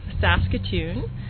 Saskatoon